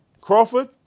Crawford